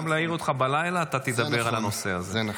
גם אם נעיר אותך בלילה, אתה תדבר על הנושא הזה.